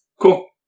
Cool